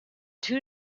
two